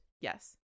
Yes